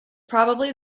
probably